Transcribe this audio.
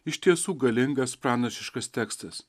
iš tiesų galingas pranašiškas tekstas